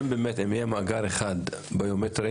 אם באמת יהיה מאגר אחד ביומטרי,